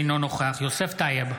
אינו נוכח יוסף טייב,